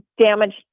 damaged